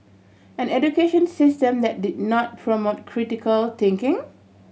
an education system that did not promote critical thinking